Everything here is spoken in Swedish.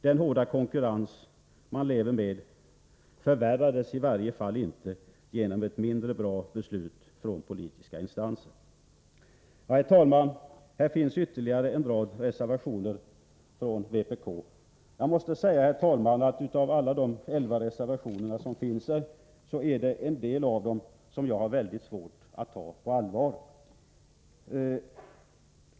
Den hårda konkurrens man lever med förvärras nu i varje fall inte genom ett mindre bra beslut av politiska instanser. Det finns ytterligare en rad reservationer från vpk. Jag måste säga, herr talman, att jag har väldigt svårt att ta en del av de tolv reservationerna på allvar.